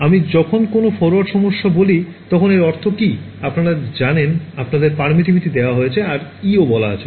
আমি যখন কোনও ফরোয়ার্ড সমস্যা বলি তখন এর অর্থ কী আপনারা জানেন আপনাদের permittivity দেওয়া হয়েছে আর E ও বলা আছে